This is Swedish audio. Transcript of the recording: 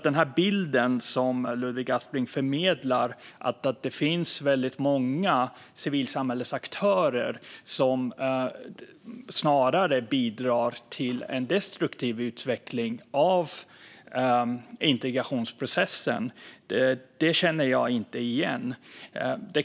Den bild som Ludvig Aspling förmedlar av att det finns väldigt många civilsamhällesaktörer som snarare bidrar till en destruktiv utveckling av integrationsprocessen känner jag inte igen.